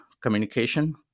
communication